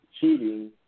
cheating